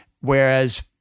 Whereas